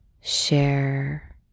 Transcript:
share